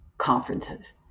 conferences